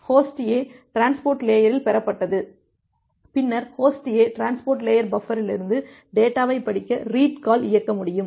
host A transport லேயரில் பெறப்பட்டது பின்னர் ஹோஸ்ட் A டிரான்ஸ்போர்ட் லேயர் பஃபரிலிருந்து டேட்டாவைப் படிக்க ரீட் கால் இயக்க முடியும்